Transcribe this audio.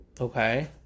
Okay